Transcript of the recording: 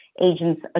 Agents